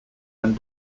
and